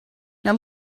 now